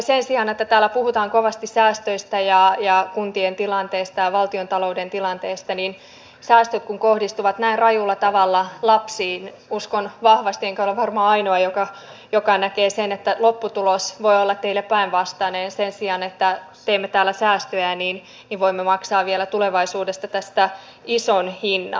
sen sijaan että täällä puhutaan kovasti säästöistä ja kuntien tilanteesta ja valtiontalouden tilanteesta niin säästöt kun kohdistuvat näin rajulla tavalla lapsiin uskon vahvasti enkä ole varmaan ainoa joka näkee sen että lopputulos voi olla teille päinvastainen ja sen sijaan että teemme täällä säästöjä voimme maksaa vielä tulevaisuudessa tästä ison hinnan